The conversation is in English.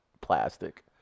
plastic